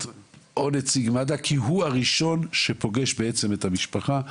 או נציג מד"א כי הוא הראשון שפוגש את המשפחה.